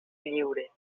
lliure